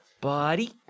buddy